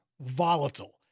volatile